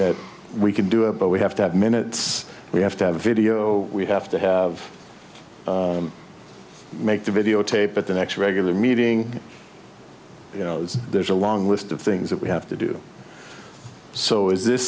that we can do it but we have to have minutes we have to have a video we have to have make the video tape at the next regular meeting there's a long list of things that we have to do so is this